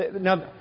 Now